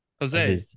Jose